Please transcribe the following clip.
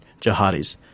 jihadis